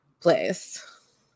place